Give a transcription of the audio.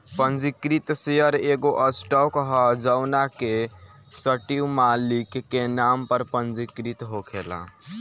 पंजीकृत शेयर एगो स्टॉक ह जवना के सटीक मालिक के नाम पर पंजीकृत होखेला